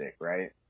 right